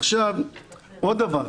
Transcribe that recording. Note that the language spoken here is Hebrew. עוד דבר,